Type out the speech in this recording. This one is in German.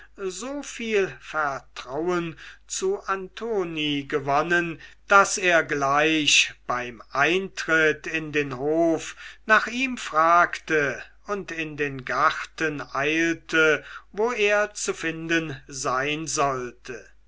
so viel vertrauen zu antoni gewonnen daß er gleich beim eintritt in den hof nach ihm fragte und in den garten eilte wo er zu finden sein sollte